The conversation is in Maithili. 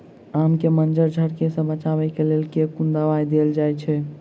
आम केँ मंजर झरके सऽ बचाब केँ लेल केँ कुन दवाई देल जाएँ छैय?